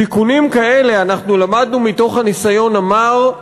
תיקונים כאלה, אנחנו למדנו מתוך הניסיון המר,